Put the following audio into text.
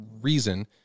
reason